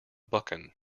buchan